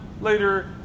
later